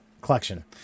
collection